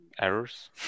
errors